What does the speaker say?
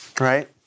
Right